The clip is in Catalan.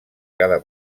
cada